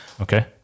Okay